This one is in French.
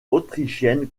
autrichienne